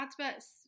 adverts